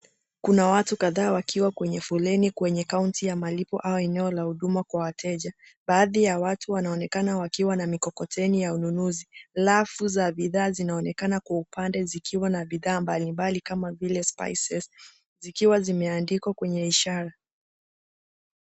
Kuna watu kadhaa wakiwa kwenye foleni kwenye kaunti ya malipo au eneo la huduma kwa wateja. Baadhi ya watu wanaonekana wakiwa na mikokoteni ya ununuzi. Rafu za bidhaa zinaonekana kwa upande zikiwa na bidhaa mbali mbali kama vile spices , zikiwa zimeandikwa kwenye ishara.